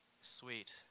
Sweet